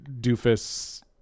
doofus